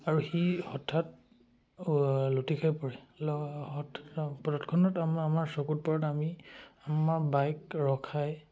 আৰু সি হঠাৎ লুটি খাই পৰে তৎক্ষণাত আমাৰ চকুত পৰাত আমি আমাৰ বাইক ৰখাই